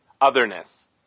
otherness